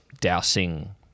dousing